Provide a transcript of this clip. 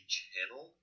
Channel